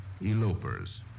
elopers